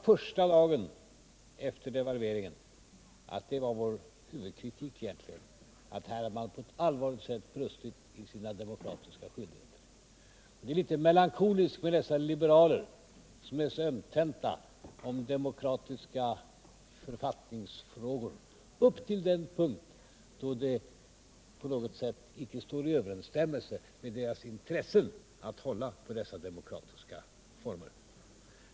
Första dagen efter devalveringen sade jag att vår huvudkritik var att man på ett allvarligt sätt brustit i sina demokratiska skyldigheter. Det är litet melankoliskt med dessa liberaler, som är så ömtänta i demokratiska författningsfrågor upp till den punkt då det på något sätt inte står i överensstämmelse med deras intressen att hålla på dessa demokratiska former.